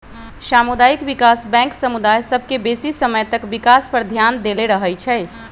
सामुदायिक विकास बैंक समुदाय सभ के बेशी समय तक विकास पर ध्यान देले रहइ छइ